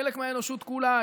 חלק מהאנושות כולה,